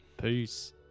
Peace